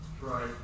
Right